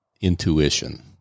intuition